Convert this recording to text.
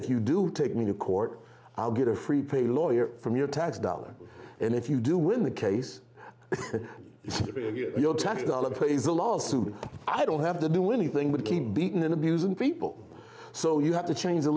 if you do take me to court i'll get a free pay lawyer from your tax dollars and if you do win the case your tax dollars raise a lawsuit i don't have to do anything but keep beating and abusing people so you have to change the